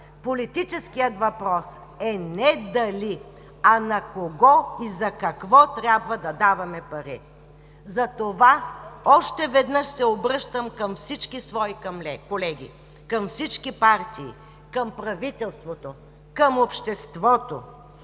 Политическият въпрос е не дали, а на кого и за какво трябва да даваме пари. Затова още веднъж се обръщам към всички свои колеги, към всички партии, към правителството, към обществото